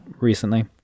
recently